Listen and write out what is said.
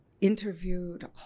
interviewed